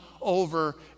over